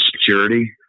security